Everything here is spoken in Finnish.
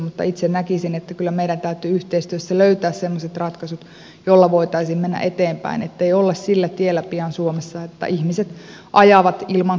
mutta itse näkisin että kyllä meidän täytyy yhteistyössä löytää semmoiset ratkaisut joilla voitaisiin mennä eteenpäin ettei olla sillä tiellä pian suomessa että ihmiset ajavat ilman korttia